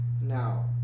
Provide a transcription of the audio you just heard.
now